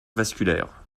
vasculaires